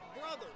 Brother